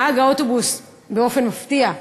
נהג האוטובוס, באופן מפתיע,